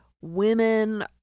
women